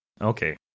Okay